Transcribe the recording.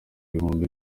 ibihumbi